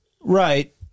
Right